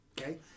Okay